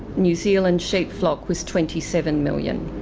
new zealand sheep flock was twenty seven million.